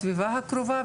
הסביבה הקרובה,